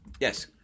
Yes